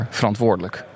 verantwoordelijk